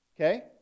Okay